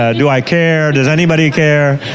ah do i care, does anybody care?